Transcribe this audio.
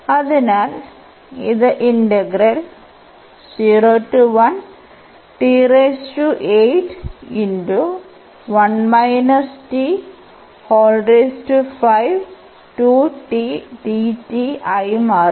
അതിനാൽ ഇത് ആയി മാറും